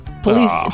police